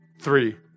Three